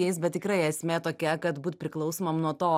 jais bet tikrai esmė tokia kad būt priklausomam nuo to